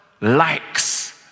likes